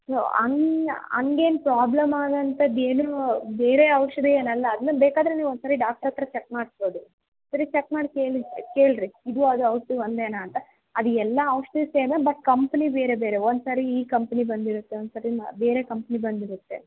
ಹ್ಞೂ ಹಂಗ್ ಹಂಗೇನ್ ಪ್ರಾಬ್ಲಮ್ ಆಗಂತದ್ದು ಏನು ಬೇರೆ ಔಷಧಿ ಏನಲ್ಲ ಅದನ್ನು ಬೇಕಾದರೆ ನೀವು ಒಂದುಸರಿ ಡಾಕ್ಟ್ರ್ ಹತ್ತಿರ ಚಕ್ ಮಾಡಿಸ್ಬೋದು ಸರಿ ಚೆಕ್ ಮಾಡಿಸಿ ಕೇಳಿ ಕೇಳಿ ರೀ ಇದು ಅದು ಔಷಧಿ ಒಂದೇನಾ ಅಂತ ಅದು ಎಲ್ಲಾ ಔಷಧಿ ಸೇಮೇ ಬಟ್ ಕಂಪ್ನಿ ಬೇರೆ ಬೇರೆ ಒಂದುಸರಿ ಈ ಕಂಪ್ನಿ ಬಂದಿರುತ್ತೆ ಒಂದುಸರಿ ಬೇರೆ ಕಂಪ್ನಿ ಬಂದಿರುತ್ತೆ